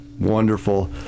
Wonderful